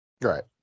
Right